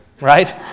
right